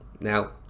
Now